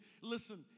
Listen